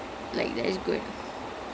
yes it's amazing